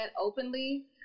openly